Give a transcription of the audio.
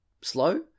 slow